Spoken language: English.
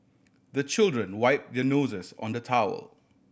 the children wipe their noses on the towel